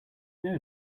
know